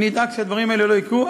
אני אדאג שהדברים האלה לא יקרו.